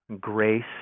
grace